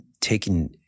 taking